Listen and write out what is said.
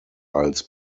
als